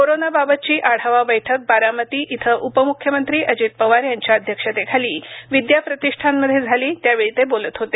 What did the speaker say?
कोरोनाबाबतची आढावा बैठक बारामती येथे उपमुख्यमंत्री अजित पवार यांच्या अध्यक्षतेखाली विद्या प्रतिष्ठानमध्ये झाली त्यावेळी ते बोलत होते